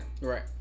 Right